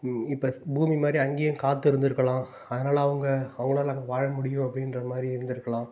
இ இப்போ பூமி மாதிரி அங்கேயும் காற்று இருந்திருக்கலாம் அதனால் அவங்க அவங்களால அங்கே வாழ முடியும் அப்படின்ற மாதிரி இருந்திருக்கலாம்